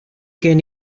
gen